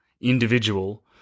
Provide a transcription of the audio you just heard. individual